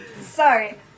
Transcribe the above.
sorry